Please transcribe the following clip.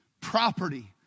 property